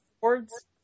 boards